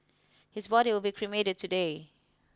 his body will be cremated today